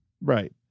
Right